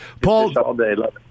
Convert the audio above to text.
Paul